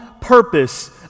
purpose